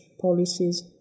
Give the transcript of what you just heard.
policies